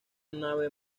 nave